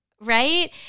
Right